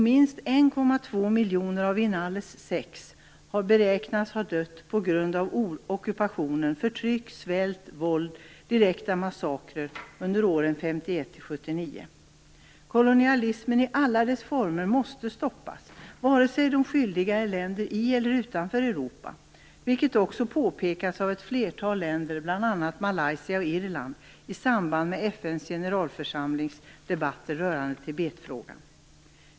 Minst 1,2 miljoner människor av inalles 6 beräknas ha dött på grund av ockupationen, förtryck, svält, våld och direkta massakrer under åren 1951-1979. Kolonialismen i alla dess former måste stoppas vare sig de skyldiga är länder i eller utanför Europa. Det påpekas också av ett flertal länder, bl.a. Malaysia och Irland, i samband med FN:s generalförsamlings debatter rörande Tibetfrågan.